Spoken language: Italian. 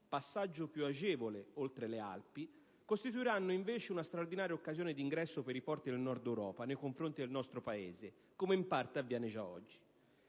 passaggio più agevole oltre le Alpi, costituiranno invece una straordinaria occasione d'ingresso per i porti del Nord-Europa nei confronti del nostro Paese, come in parte avviene già oggi.